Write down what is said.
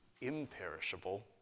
imperishable